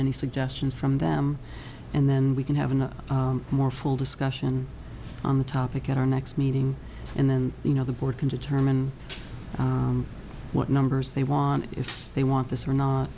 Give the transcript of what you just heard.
any suggestions from them and then we can have a more full discussion on the topic at our next meeting and then you know the board can determine what numbers they want if they want this or not